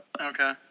Okay